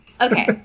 Okay